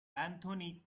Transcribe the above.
anthony